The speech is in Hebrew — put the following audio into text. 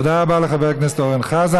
תודה רבה לחבר הכנסת אורן חזן.